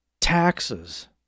taxes